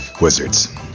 wizards